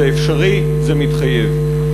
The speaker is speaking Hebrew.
זה אפשרי, זה מתחייב.